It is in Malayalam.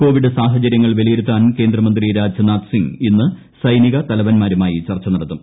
കോവിഡ് സാഹചര്യങ്ങൾ വിലയിരുത്താൻ കേന്ദ്രമന്ത്രി രാജ്നാഥ് സിങ് ഇന്ന് സൈനിക തലവൻമാരുമായി ചർച്ച നടത്തും